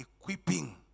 equipping